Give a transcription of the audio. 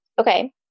Okay